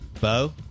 Bo